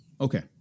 okay